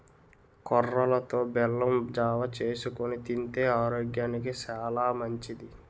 కొర్రలతో బెల్లం జావ చేసుకొని తింతే ఆరోగ్యానికి సాలా మంచిది